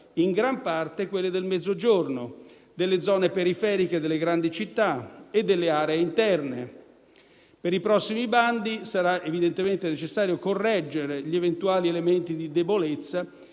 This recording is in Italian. in gran parte quelle del Mezzogiorno, delle zone periferiche delle grandi città e delle aree interne. Per i prossimi bandi sarà evidentemente necessario correggere gli eventuali elementi di debolezza